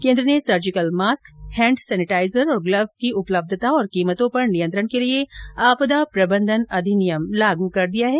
केन्द्र ने surgical mask hand sanitiser और ग्लव्स की उपलब्धता और कीमतों पर नियंत्रण के लिए आपदा प्रबंधन अधिनियम लागू कर दिया है